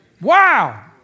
Wow